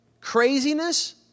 Craziness